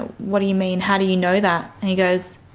what do you mean? how do you know that? and he goes,